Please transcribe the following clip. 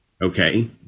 Okay